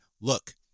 look